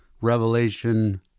Revelation